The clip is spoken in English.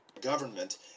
Government